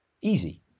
easy